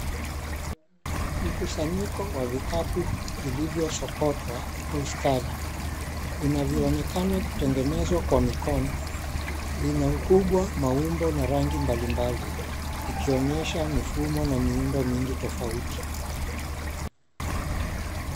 Mkusanyiko wa vikapu vilivyosokotwa kwa ustadi. Vinavyonekana kutengenezwa kwa mikono, vina ukubwa, maumbo, na rangi mbalimbali vikionyesha mifumo na miundo mingi tofauti.